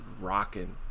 rocking